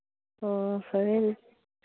ꯑꯣ ꯐꯔꯦ ꯑꯗꯨꯗꯤ